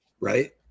right